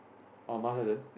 orh master sergeant